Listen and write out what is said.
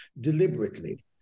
deliberately